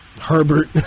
Herbert